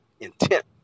intent